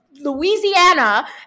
Louisiana